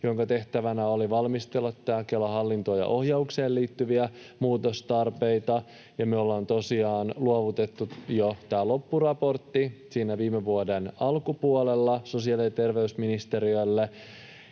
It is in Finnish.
jonka tehtävänä oli valmistella Kelan hallintoon ja ohjaukseen liittyviä muutostarpeita. Me ollaan tosiaan jo luovutettu tämä loppuraportti viime vuoden alkupuolella sosiaali- ja terveysministeriölle,